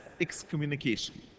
excommunication